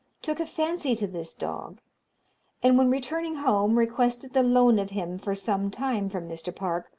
took a fancy to this dog and, when returning home, requested the loan of him for some time from mr. park,